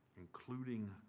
including